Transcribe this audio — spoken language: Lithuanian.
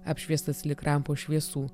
apšviestas lyg rampos šviesų